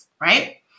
right